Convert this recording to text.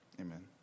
amen